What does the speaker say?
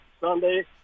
Sunday